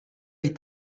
est